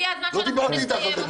הגיע הזמן שאנחנו נסיים אותה.